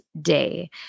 day